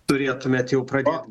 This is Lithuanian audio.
turėtumėt jau pradėt